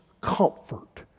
comfort